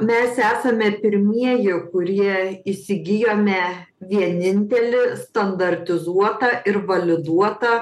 mes esame pirmieji kurie įsigijome vienintelį standartizuotą ir validuotą